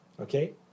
Okay